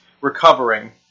recovering